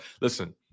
listen